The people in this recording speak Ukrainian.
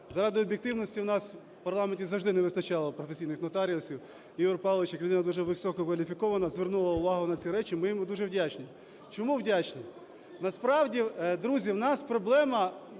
Заради об'єктивності, у нас в парламенті завжди не вистачало професійних нотаріусів. Ігор Павлович як людина дуже висококваліфікована звернув увагу на ці речі, і ми йому дуже вдячні. Чому вдячні? Насправді, друзі, в нас проблема